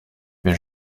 mais